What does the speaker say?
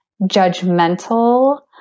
judgmental